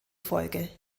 folge